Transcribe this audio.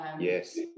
Yes